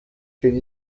seen